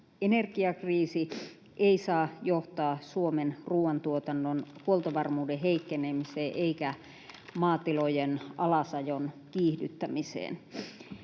energiakriisi ei saa johtaa Suomen ruuantuotannon huoltovarmuuden heikkenemiseen eikä maatilojen alasajon kiihdyttämiseen.